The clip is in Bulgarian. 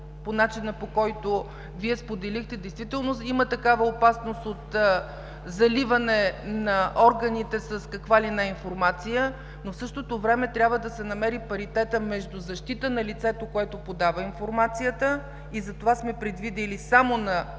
по начина, по който Вие споделихте. Действително има такава опасност от заливане на органите с каква ли не информация, но в същото време трябва да се намери паритета между защита на лицето, което подава информацията и затова сме предвидили само на